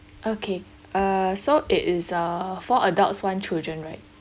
okay err so it is uh four adults one children right